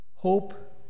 hope